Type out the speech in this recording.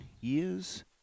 years